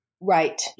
Right